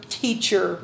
teacher